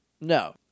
No